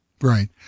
Right